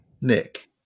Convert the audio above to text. Nick